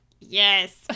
Yes